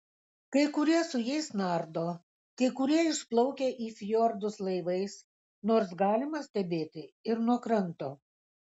kai kurie su jais nardo kai kurie išplaukia į fjordus laivais nors galima stebėti ir nuo kranto